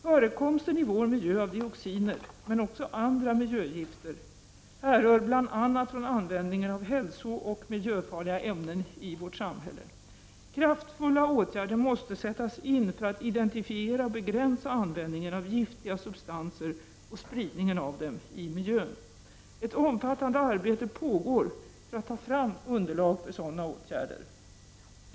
Förekomsten i vår miljö av dioxiner men också andra miljögifter härrör bl.a. från användningen av hälsooch miljöfarliga ämnen i vårt samhälle. Kraftfulla åtgärder måste sättas in för att identifiera och begränsa användningen av giftiga substanser och spridningen av dem i miljön. Ett omfattande arbete pågår för att ta fram underlag för sådana åtgärder.